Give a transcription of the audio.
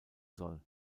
soll